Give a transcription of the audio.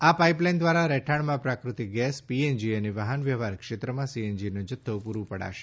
આ પાઈપલાઈન દ્વારા રહેઠાણમાં પ્રાકૃતિક ગેસ પીએનજી અને વાહનવ્યવહાર ક્ષેત્રમાં સીએનજીનો જૂથ્થો પૂરો પાડશે